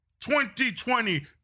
2020